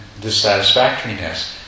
dissatisfactoriness